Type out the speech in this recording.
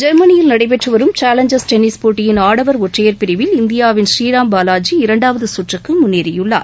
ஜெர்மனியில் நடைபெற்றுவரும் challengers tennis போட்டியின் ஆடவர் ஒற்றையர் பிரிவில் இந்தியாவின் புநீராம் பாலாஜி இரண்டாவதுசுற்றுக்குமுன்னேறியுள்ளார்